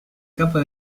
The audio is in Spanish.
capa